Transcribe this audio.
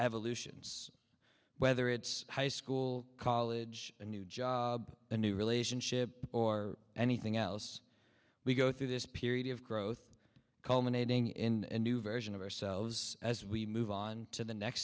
evolutions whether it's high school college a new job a new relationship or anything else we go through this period of growth culminating in new version of ourselves as we move on to the next